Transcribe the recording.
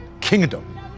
kingdom